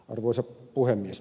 arvoisa puhemies